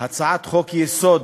הצעת חוק-יסוד: